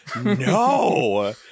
No